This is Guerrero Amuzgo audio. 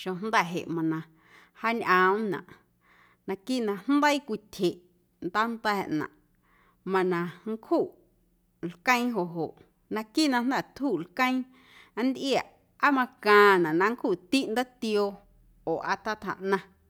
xeⁿjnda̱ jeꞌ mana jaañꞌoomꞌnaꞌ naquiiꞌ na jndeii cwityjeꞌ ndaanda̱ꞌnaⁿꞌ mana nncjuꞌ lqueeⁿ joꞌ joꞌ naquiiꞌ na jnda̱ tjuꞌ lqueeⁿ nntꞌiaⁿꞌ aa macaⁿnaꞌ na nncjuꞌtiꞌ ndaatioo oo tatjaꞌnaⁿ.